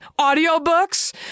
audiobooks